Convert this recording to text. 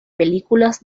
películas